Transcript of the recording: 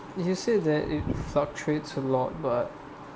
you said that you thought trades a lot but